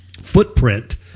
footprint